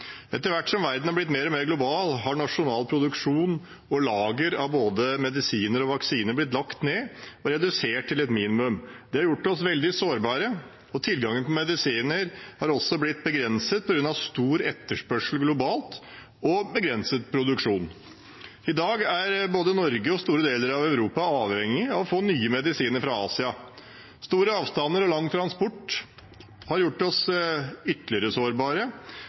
Etter hvert som verden har blitt mer og mer global, har nasjonal produksjon og lager av både medisiner og vaksiner blitt lagt ned eller redusert til et minimum. Det har gjort oss veldig sårbare, og tilgangen på medisiner har også blitt begrenset på grunn av stor etterspørsel globalt og begrenset produksjon. I dag er både Norge og store deler av Europa avhengige av å få mye medisiner fra Asia. Store avstander og lang transport har gjort oss ytterligere sårbare,